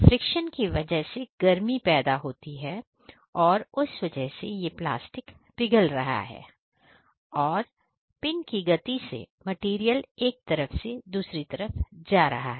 friction के वजह से गर्मी पैदा हो रही है और उस वजह से प्लास्टिक पिघल रहा है और पिन की गति से मटेरियल एक तरफ से दूसरी तरफ जा रहा है